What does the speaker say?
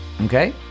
Okay